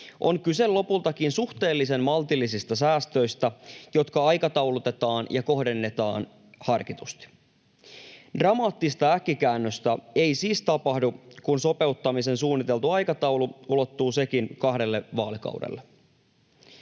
on kyse lopultakin suhteellisen maltillisista säästöistä, jotka aikataulutetaan ja kohdennetaan harkitusti. Dramaattista äkkikäännöstä ei siis tapahdu, kun sopeuttamiseen suunniteltu aikataulu ulottuu sekin kahdelle vaalikaudelle.